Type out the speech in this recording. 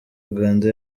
uganda